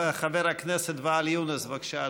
חבר הכנסת ואאל יונס, בבקשה,